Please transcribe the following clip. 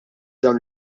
dawn